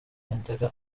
yajyaga